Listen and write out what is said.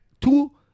two